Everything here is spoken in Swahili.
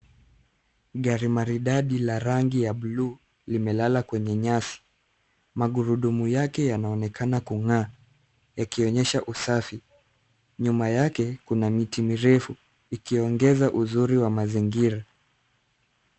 Gari maridadi la rangi ya bluu imelala kwenye nyasi. Magurudumu yake yanaonekana kung'aa yakionyesha usafi. Nyuma yake kuna miti mirefu ikiongeza uzuri wa mazingira.